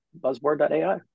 buzzboard.ai